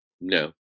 No